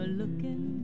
looking